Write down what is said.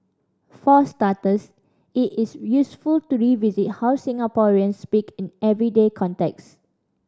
for starters it is useful to revisit how Singaporeans speak in everyday contexts